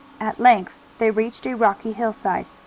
at length they reached a rocky hillside.